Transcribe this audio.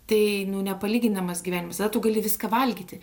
tai nu nepalyginamas gyvenimas tada tu gali viską valgyti